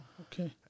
okay